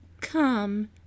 Come